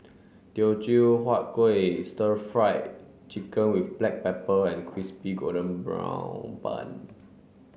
Teochew Huat Kuih stir fried chicken with black pepper and crispy golden brown bun